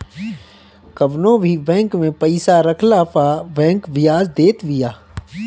कवनो भी बैंक में पईसा रखला पअ बैंक बियाज देत बिया